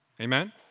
Amen